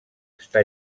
està